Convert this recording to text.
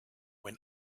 when